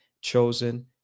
chosen